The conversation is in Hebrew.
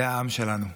זה העם שלנו.